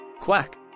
Quack